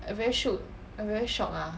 I very shook I very shock ah